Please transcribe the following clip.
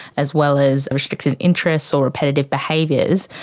as well as restricted interests or repetitive behaviours.